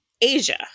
Asia